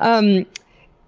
um